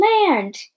land